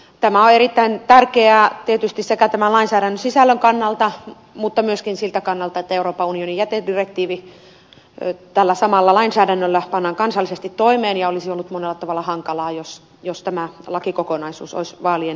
tämä on tietysti erittäin tärkeää sekä tämän lainsäädännön sisällön kannalta että myöskin siltä kannalta että euroopan unionin jätedirektiivi tällä samalla lainsäädännöllä pannaan kansallisesti toimeen ja olisi ollut monella tavalla hankalaa jos tämä lakikokonaisuus olisi mennyt vaalien yli